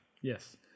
Yes